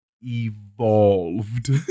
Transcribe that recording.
evolved